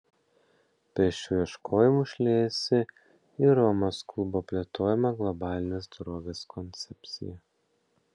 prie šių ieškojimų šliejasi ir romos klubo plėtojama globalinės dorovės koncepcija